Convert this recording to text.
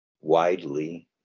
widely